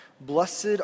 Blessed